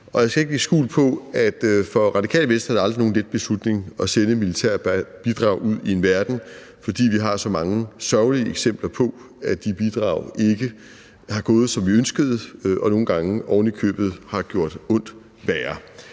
Jeg skal ikke lægge skjul på, at for Radikale Venstre er det aldrig nogen let beslutning at sende militære bidrag ud i verden, fordi vi har så mange sørgelige eksempler på, at de bidrag ikke har gået, som vi ønskede, og nogle gange oven i købet har gjort ondt værre.